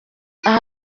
aha